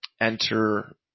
enter